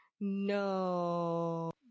No